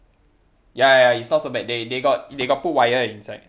ya ya ya it's not so bad they they got they got put wire inside